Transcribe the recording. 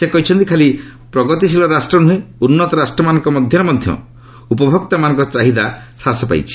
ସେ କହିଛନ୍ତି ଖାଲି ପ୍ରଗତିଶୀଳ ରାଷ୍ଟ୍ର ନୁହେଁ ଉନ୍ନତ ରାଷ୍ଟ୍ରମାନଙ୍କ ମଧ୍ୟରେ ମଧ୍ୟ ଉପଭୋକ୍ତାମାନଙ୍କ ଚାହିଦା ହ୍ରାସ ପାଇଛି